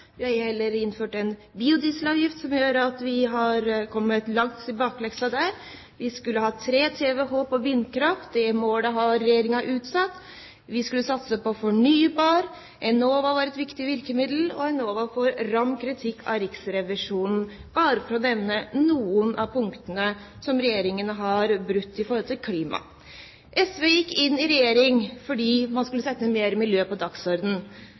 Vi har heller innført en biodieselavgift som gjør at vi har kommet langt i bakleksa der. Vi skulle ha 3 TWh på vindkraft. Det målet har Regjeringen utsatt. Vi skulle satse på fornybar energi. Enova var et viktig virkemiddel, og Enova får ram kritikk av Riksrevisjonen – bare for å nevne noen av punktene som Regjeringen har brutt når det gjelder klima. Sosialistisk Venstreparti gikk inn i regjering fordi man skulle sette mer miljø på